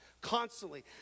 Constantly